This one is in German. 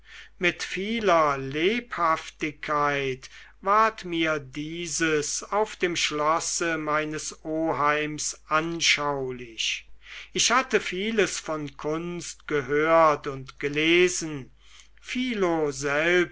mit vieler lebhaftigkeit ward mir dieses auf dem schlosse meines oheims anschaulich ich hatte vieles von kunst gehört und gelesen